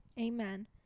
Amen